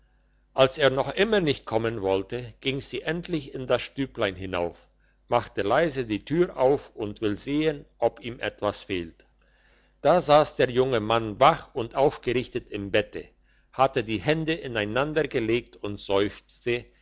als er noch immer nicht kommen wollte ging sie endlich in das stüblein hinauf macht leise die türe auf und will sehen ob ihm etwas fehlt da sass der junge mann wach und aufgerichtet im bette hatte die hände ineinander gelegt und seufzte